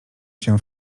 się